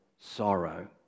sorrow